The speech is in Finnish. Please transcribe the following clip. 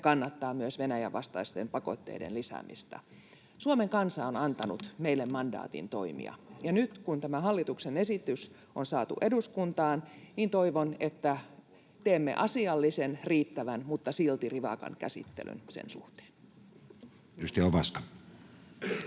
ja kannattaa myös Venäjän vastaisten pakotteiden lisäämistä. Suomen kansa on antanut meille mandaatin toimia, ja nyt kun tämä hallituksen esitys on saatu eduskuntaan, niin toivon, että teemme asiallisen, riittävän, mutta silti rivakan käsittelyn sen suhteen. [Speech